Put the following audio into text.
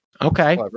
Okay